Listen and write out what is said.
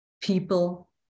People